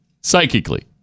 Psychically